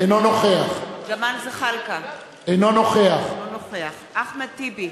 אינו נוכח ג'מאל זחאלקה, אינו נוכח אחמד טיבי,